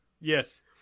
Yes